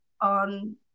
on